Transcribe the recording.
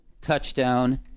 touchdown